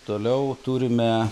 toliau turime